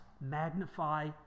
magnify